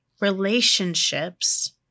Relationships